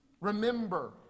remember